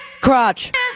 Crotch